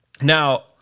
Now